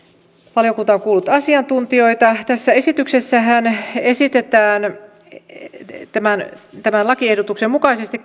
valiokunta on kuullut asiantuntijoita tässä esityksessähän esitetään tämän tämän lakiehdotuksen mukaisesti